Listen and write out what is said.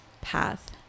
path